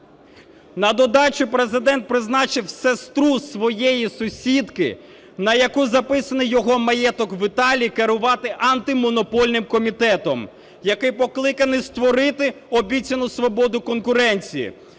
На додачу Президент призначив сестру своєї сусідки, на яку записаний його маєток в Італії, керувати Антимонопольним комітетом, який покликаний створити обіцяну свободу конкуренції.